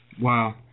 Wow